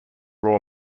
raw